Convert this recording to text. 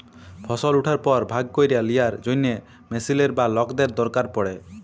ফসল উঠার পর ভাগ ক্যইরে লিয়ার জ্যনহে মেশিলের বা লকদের দরকার পড়ে